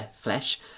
flesh